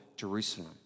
Jerusalem